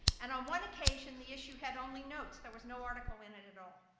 and on one occasion, the issue had only notes. there was no article in it at all.